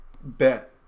bet